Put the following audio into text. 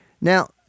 Now